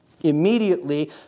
Immediately